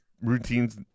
routines